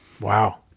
Wow